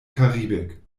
karibik